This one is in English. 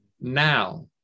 Now